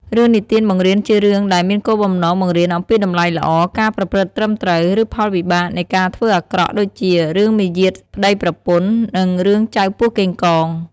រឿងនិទានបង្រៀនជារឿងដែលមានគោលបំណងបង្រៀនអំពីតម្លៃល្អ ការប្រព្រឹត្តត្រឹមត្រូវ ឬផលវិបាកនៃការធ្វើអាក្រក់ ដូចជា រឿងមាយាទប្ដីប្រពន្ធ នឹង រឿងចៅពស់កេងកង ។